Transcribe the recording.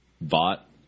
Bought